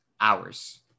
Hours